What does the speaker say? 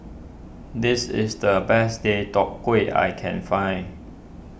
this is the best Deodeok Gui I can find